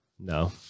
No